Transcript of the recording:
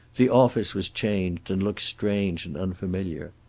the office was changed and looked strange and unfamiliar.